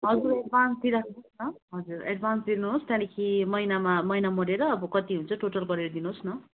हजुर एडभान्स दिइराख्नुहोस् न हजुर एडभान्स दिनुहोस् त्यहाँदेखि महिनामा महिना मरेर अब कति हुन्छ टोटल गरेर दिनुहोस् न